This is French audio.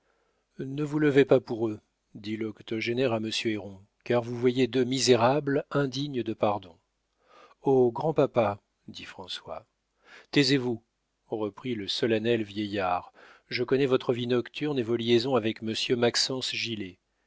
ne vous levez pas pour eux dit l'octogénaire à monsieur héron car vous voyez deux misérables indignes de pardon oh grand-papa dit françois taisez-vous reprit le solennel vieillard je connais votre vie nocturne et vos liaisons avec monsieur maxence gilet